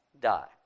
die